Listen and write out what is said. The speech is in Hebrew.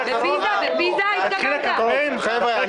לא השנאה וההסתה ------ מיקי,